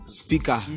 speaker